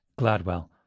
Gladwell